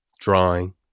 drawing